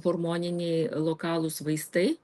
hormoniniai lokalūs vaistai